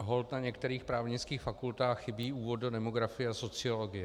Holt na některých právnických fakultách chybí úvod do demografie a sociologie.